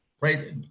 right